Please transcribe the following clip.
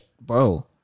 bro